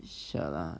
!siala!